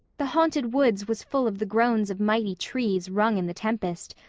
the haunted woods was full of the groans of mighty trees wrung in the tempest,